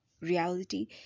reality